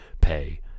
pay